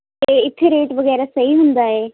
ਅਤੇ ਇੱਥੇ ਰੇਟ ਵਗੈਰਾ ਸਹੀ ਹੁੰਦਾ ਹੈ